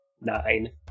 Nine